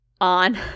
on